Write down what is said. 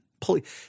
please